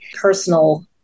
personal